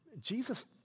Jesus